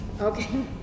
Okay